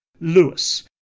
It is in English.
Lewis